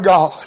God